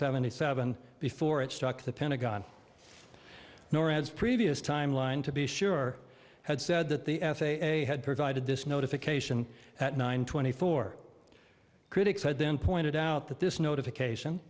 seventy seven before it struck the pentagon norad's previous timeline to be sure had said that the f a a had provided this notification at nine twenty four critics had then pointed out that this notification